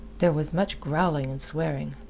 there was much growling and swearing.